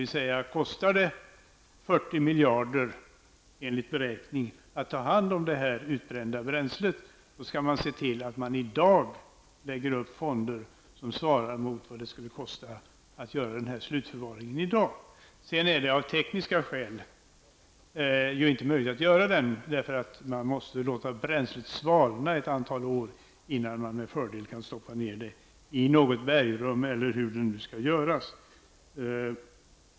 Kostar det 40 miljarder enligt beräkning att ta hand om det utbrända bränslet, skall man se till att i dag lägga upp fonder som svarar mot vad det skulle kosta att göra den slutförvaringen i dag. Sedan är det av tekniska skäl inte möjligt att göra den, för man måste låta bränslet svalna ett antal år, innan man med fördel kan stoppa ned det i något bergrum eller hur det nu skall göras.